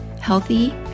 healthy